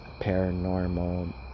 paranormal